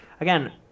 again